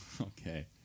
Okay